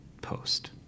post